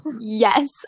Yes